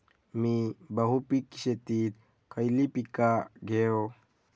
मी बहुपिक शेतीत खयली पीका घेव?